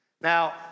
Now